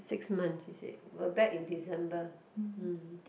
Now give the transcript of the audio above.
six months is it will back in December hmm